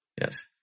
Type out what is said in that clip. Yes